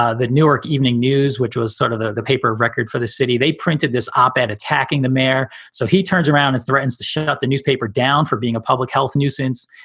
ah the newark evening news, which was sort of the the paper of record for the city. they printed this op ed attacking the mayor. so he turns around and threatens to shut the newspaper down for being a public health nuisance.